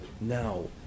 now